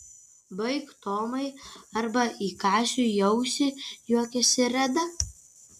baik tomai arba įkąsiu į ausį juokėsi reda